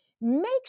make